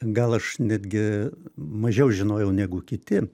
gal aš netgi mažiau žinojau negu kiti